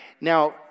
Now